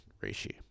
ratio